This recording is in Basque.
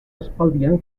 aspaldian